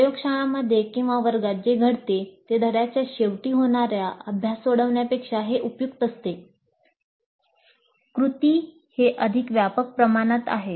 प्रयोगशाळांमध्ये किंवा वर्गात जे घडते ते धड्याच्या शेवटी होणाऱ्या अभ्यास सोडवण्यापेक्षा हे उपयुक्त असते "कृती" हे अधिक व्यापक प्रमाणात आहे